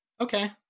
okay